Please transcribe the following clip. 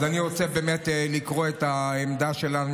אז אני רוצה באמת לקרוא את העמדה שלנו,